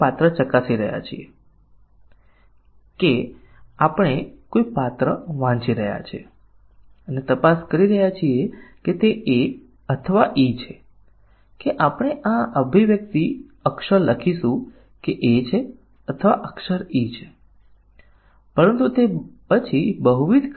સામાન્ય રીતે આપણે નિવેદન કવરેજ પ્રાપ્ત કરવા માટે વ્યવહારુ કાર્યક્રમોમાં પરીક્ષણના કેસોની રચના કરતા નથી